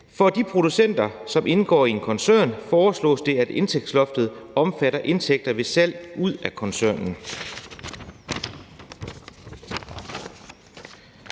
For de producenter, som indgår i en koncern, foreslås det, at indtægtsloftet omfatter indtægter ved salg ud af koncernen.